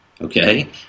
okay